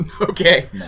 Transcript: Okay